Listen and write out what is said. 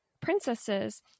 Princesses